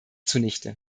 zunichte